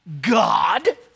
God